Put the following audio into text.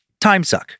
timesuck